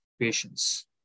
patience